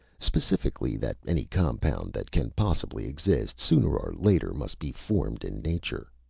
specifically, that any compound that can possibly exist, sooner or later must be formed in nature.